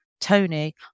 Tony